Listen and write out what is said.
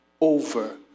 over